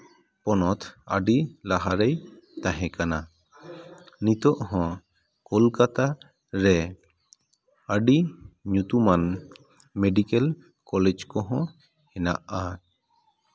ᱯᱚᱱᱚᱛ ᱟᱹᱰᱤ ᱞᱟᱦᱟᱨᱮᱭ ᱛᱟᱦᱮᱸ ᱠᱟᱱᱟ ᱱᱤᱛᱳᱜ ᱦᱚᱸ ᱠᱳᱞᱠᱟᱛᱟ ᱨᱮ ᱟᱹᱰᱤ ᱧᱩᱛᱩᱢᱟᱱ ᱢᱮᱰᱤᱠᱮᱞ ᱠᱚᱞᱮᱡᱽ ᱠᱚᱦᱚᱸ ᱦᱮᱱᱟᱜᱼᱟ